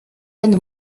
anne